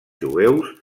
jueus